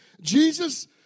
Jesus